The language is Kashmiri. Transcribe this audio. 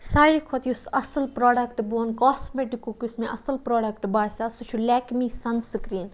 ساروی کھۄتہٕ یُس اَصٕل پرٛوڈَکٹ بہٕ وَنہٕ کاسمیٹِکُک یُس مےٚ اَصٕل پرٛوڈَکٹ باسیٛاو سُہ چھِ لیکمے سَن سِکریٖن